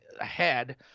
ahead